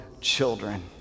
children